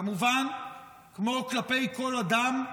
כמובן, כמו כלפי כל אדם,